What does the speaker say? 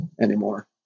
anymore